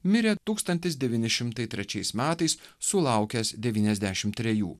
mirė tūkstantis devyni šimtai trečiais metais sulaukęs devyniasdešim trejų